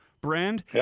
brand